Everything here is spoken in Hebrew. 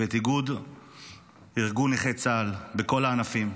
ואת איגוד ארגון נכי צה"ל בכל הענפים.